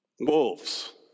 Wolves